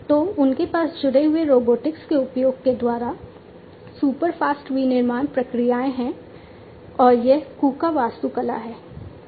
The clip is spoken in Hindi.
तो उनके पास जुड़े हुए रोबोटिक्स के उपयोग के द्वारा सुपर फास्ट विनिर्माण प्रक्रियाएं हैं और यह कूका वास्तुकला है